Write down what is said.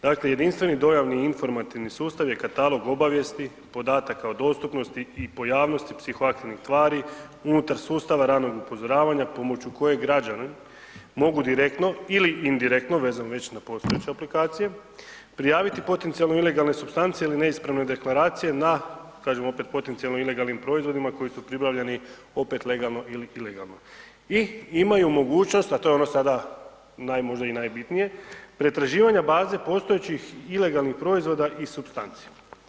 Dakle, jedinstveni dojavni informativni sustav je katalog obavijesti, podataka o dostupnosti i pojavnosti psihoaktivnih tvari unutar sustava ranog upozoravanja pomoću kojeg građani mogu direktno ili indirektno vezano već na postojeće aplikacije, prijaviti potencijalno ilegalne supstance ili neispravne deklaracije na, kažem opet potencionalno ilegalnim proizvodima koji su pribavljeni opet legalno ili ilegalno i imaju mogućnost, a to je ono sada možda i najbitnije, pretraživanja baze postojećih ilegalnih proizvoda i supstanci.